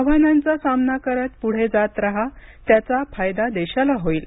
आव्हानांचा सामना करत पुढे जात राहा त्याचा फायदा देशाला होईल